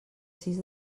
sis